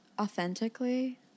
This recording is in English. authentically